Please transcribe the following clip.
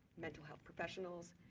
mental health professionals,